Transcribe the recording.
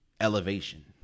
elevation